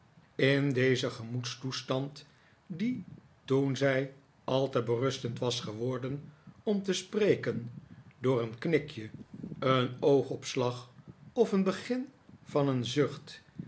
in dezen gemoedstoestand die toen zij al te berustend was geworden om te spreken door een knikje een oogopslag of een begin van een zucht